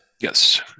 Yes